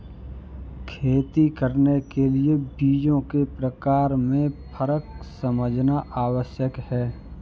खेती करने के लिए बीजों के प्रकार में फर्क समझना आवश्यक है